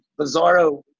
bizarro